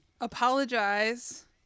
apologize